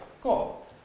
Cool